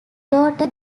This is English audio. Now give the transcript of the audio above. daughter